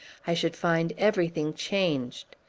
i should find everything changed.